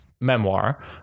memoir